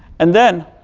and then,